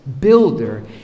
builder